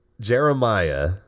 Jeremiah